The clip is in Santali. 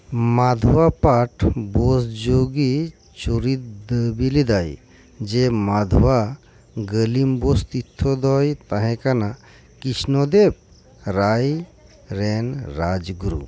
ᱢᱟᱫᱷᱳᱭᱟ ᱯᱟᱴᱷ ᱵᱳᱥᱡᱳᱜᱤ ᱪᱚᱨᱤᱛ ᱫᱟᱹᱵᱤ ᱞᱮᱫᱟᱭ ᱡᱮ ᱢᱟᱫᱷᱣᱟ ᱜᱟᱹᱞᱤᱢ ᱵᱳᱥ ᱛᱤᱨᱛᱷᱚ ᱫᱚᱭ ᱛᱟᱸᱦᱮᱠᱟᱱᱟ ᱠᱨᱤᱥᱱᱚᱫᱮᱵᱽ ᱨᱟᱭ ᱨᱮᱱ ᱨᱟᱡᱽᱜᱩᱨᱩ